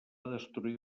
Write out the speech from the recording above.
destruir